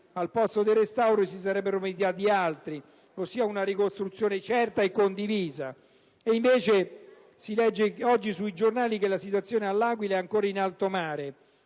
si sarebbero meritati altro: ossia una ricostruzione certa e condivisa. Invece si legge anche oggi sui giornali che la situazione all'Aquila è ancora in alto mare